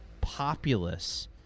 populace